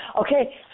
Okay